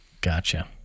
Gotcha